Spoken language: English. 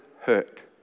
hurt